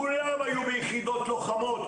כולם היו ביחידות לוחמות,